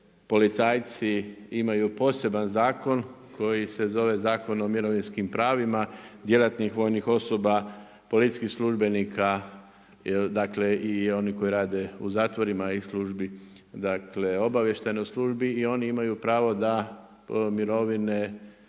policajci imaju poseban zakon koji se zove Zakon o mirovinskim pravima, djelatnik vojnih osoba, policijskih službenika, dakle i oni koji rade u zatvorima i službi, obavještajnoj službi i oni imaju pravo da mirovine